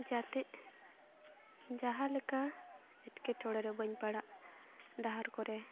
ᱡᱟᱛᱮ ᱡᱟᱦᱟᱸ ᱞᱮᱠᱟ ᱮᱴᱠᱮᱴᱚᱬᱮ ᱨᱮ ᱵᱟᱹᱧ ᱯᱟᱲᱟᱜ ᱰᱟᱦᱟᱨ ᱠᱚᱨᱮ